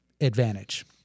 advantage